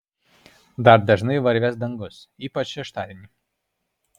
dar dažnai varvės dangus ypač šeštadienį